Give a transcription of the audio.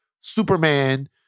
Superman